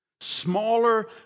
Smaller